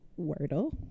Wordle